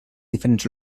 diferents